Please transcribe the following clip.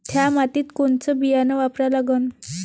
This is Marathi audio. थ्या मातीत कोनचं बियानं वापरा लागन?